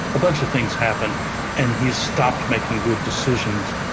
a bunch of things happen and he stopped making good decisions.